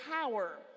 power